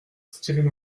stiring